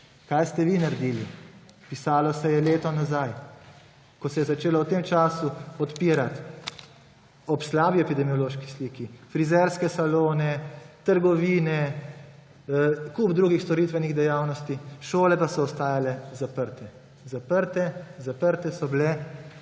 Kaj ste vi naredili? Pisalo se je leto nazaj, ko se je začelo v tem času odpirati ob slabi epidemiološki sliki frizerske salone, trgovine, kup drugih storitvenih dejavnosti, šole pa so ostale zaprte. Zaprte so bile